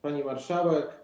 Pani Marszałek!